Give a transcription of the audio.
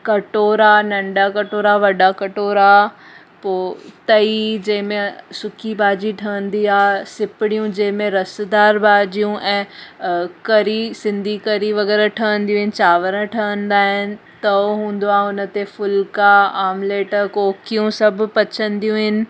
कटोरा नंढा कटोरा वॾा कटोरा पोइ तई जंहिं में सुकी भाॼी ठहंदी आहे सुपड़ियूं जंहिं में रसदार भाॼियूं ऐं कढ़ी सिंधी कढी वग़ैरह ठहंदियूं आहिनि चांवर ठहंदा आहिनि त उहो हूंदो आहे हुन ते फुल्का ऑमलेट कोकियूं सभु पचंदियूं आहिनि